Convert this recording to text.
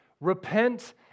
Repent